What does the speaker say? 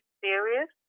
serious